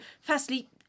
firstly